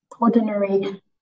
ordinary